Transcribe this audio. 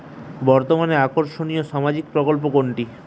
বর্তমানে আকর্ষনিয় সামাজিক প্রকল্প কোনটি?